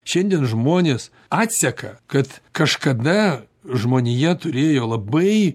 šiandien žmonės atseka kad kažkada žmonija turėjo labai